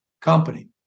company